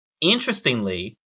Interestingly